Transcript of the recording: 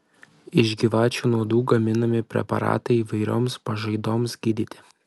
iš gyvačių nuodų gaminami preparatai įvairioms pažaidoms gydyti